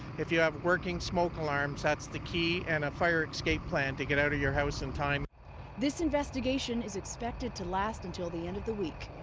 if you have working smoke alarms that's the key and a fire escape plan to get out of your house in time. reporter this investigation is expected to last until the end of the week.